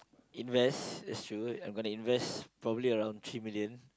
invest that true I'm gonna invest probably around three million